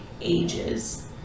ages